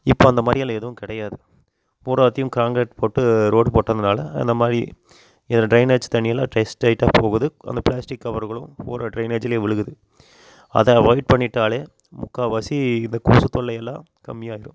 இப்போ அந்த மாதிரியெல்லாம் எதுவும் கிடையாது பூராத்தையும் கான்க்ரீட் போட்டு ரோடு போட்டதுனால அந்த மாதிரி இது டிரைனேஜ் தண்ணியெல்லாம் ட்ரெ ஸ்ட்ரெயிட்டாக போகுது அந்த பிளாஸ்டிக் கவருகளும் போகிற டிரைனேஜுலே விழுகுது அதை அவாய்ட் பண்ணிட்டாலே முக்கால்வாசி இந்த கொசு தொல்லையெல்லாம் கம்மியாகிரும்